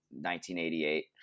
1988